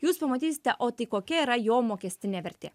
jūs pamatysite o tai kokia yra jo mokestinė vertė